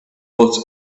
but